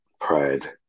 pride